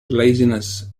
laziness